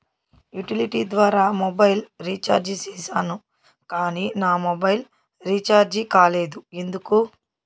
Utility ద్వారా mobile recharge సేసాను కానీ నా మొబైల్ రీచార్జి కాలేదు ఎందుకు?